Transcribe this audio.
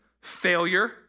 Failure